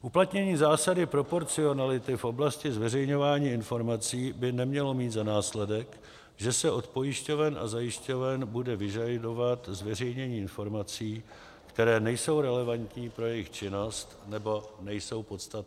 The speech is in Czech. Uplatnění zásady proporcionality v oblasti zveřejňování informací by nemělo mít za následek, že se od pojišťoven a zajišťoven bude vyžadovat zveřejnění informací, které nejsou relevantní pro jejich činnost nebo nejsou podstatné.